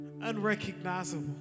unrecognizable